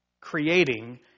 creating